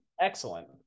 excellent